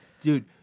Dude